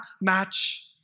match